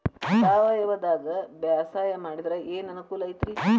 ಸಾವಯವದಾಗಾ ಬ್ಯಾಸಾಯಾ ಮಾಡಿದ್ರ ಏನ್ ಅನುಕೂಲ ಐತ್ರೇ?